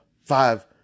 five